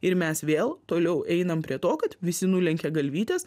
ir mes vėl toliau einam prie to kad visi nulenkia galvytes